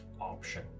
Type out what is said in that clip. option